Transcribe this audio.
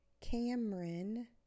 Cameron